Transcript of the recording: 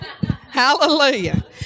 Hallelujah